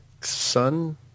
Sun